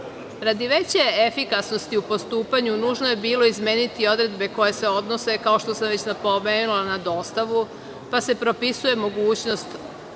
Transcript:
veće efikasnosti u postupanju nužno je bilo izmeniti odredbe koje se odnose, kao što sam već napomenula na dostavu, pa se propisuje mogućnost